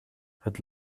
het